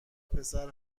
پسر